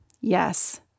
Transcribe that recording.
Yes